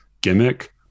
gimmick